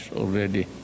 already